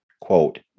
quote